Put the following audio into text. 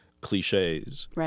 cliches